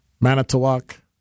Manitowoc